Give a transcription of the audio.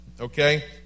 Okay